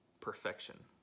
perfection